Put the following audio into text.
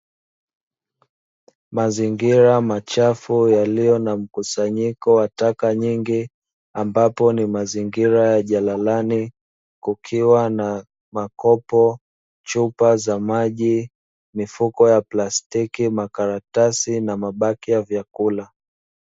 Mazingira machafu yaliyo na mkusanyiko wa taka nyingi ambapo ni mazingira ya jalalani kukiwa na: makopo, chupa za maji, mifuko ya plastiki, makaratasi na mabaki ya vyakula.